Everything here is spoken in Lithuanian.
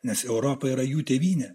nes europa yra jų tėvynė